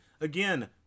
again